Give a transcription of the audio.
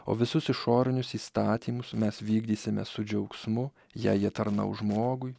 o visus išorinius įstatymus mes vykdysime su džiaugsmu jei jie tarnaus žmogui